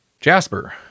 Jasper